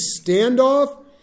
standoff